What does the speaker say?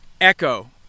echo